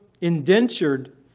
indentured